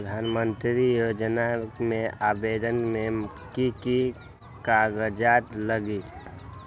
प्रधानमंत्री योजना में आवेदन मे की की कागज़ात लगी?